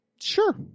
Sure